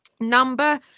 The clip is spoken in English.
Number